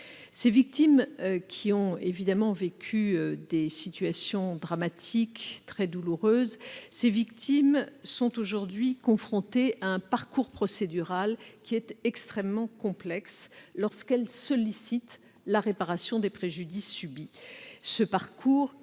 Ces victimes, qui ont évidemment vécu des situations dramatiques, très douloureuses, sont aujourd'hui confrontées à un parcours procédural extrêmement complexe lorsqu'elles sollicitent la réparation des préjudices subis, ce parcours